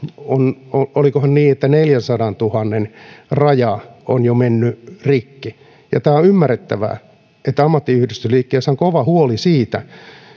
olikohan niin että neljänsadantuhannen raja on jo mennyt rikki tämä on ymmärrettävää että ammattiyhdistysliikkeissä on kova huoli siitä